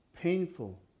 painful